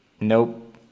Nope